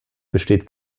besteht